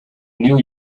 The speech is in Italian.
new